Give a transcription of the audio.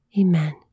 Amen